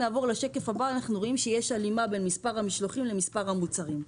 למעשה יש הלימה בין מספר המשלוחים למספר המוצרים.